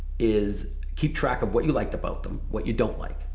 is keep track of what you liked about them, what you don't like.